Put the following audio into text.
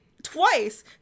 Twice